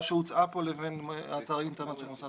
שהוצעה פה לבין אתר האינטרנט של מוסד